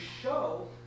show